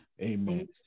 Amen